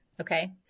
Okay